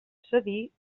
cedir